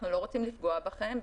אנחנו לא רוצים לפגוע בכם,